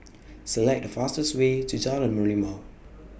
Select The fastest Way to Jalan Merlimau